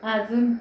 अजून